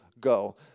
go